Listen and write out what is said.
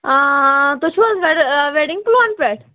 آ تُہۍ چھِو حظ وٮ۪ڈِنٛگ پٕلان پٮ۪ٹھ